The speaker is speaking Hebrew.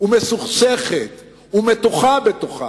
ומסוכסכת ומתוחה בתוכה,